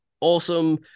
awesome